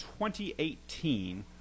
2018